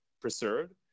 preserved